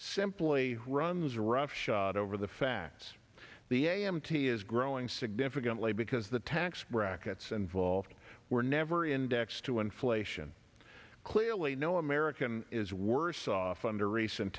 simply runs roughshod over the facts the a m t is growing significantly because the tax brackets and volved were never indexed to inflation clearly no american is worse off under recent